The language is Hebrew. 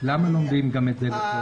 למה לא מביאים גם את זה לפה?